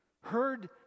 heard